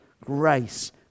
grace